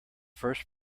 first